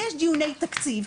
יש דיוני תקציב.